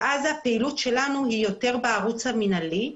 ואז הפעילות שלנו היא יותר בערוץ המינהלי,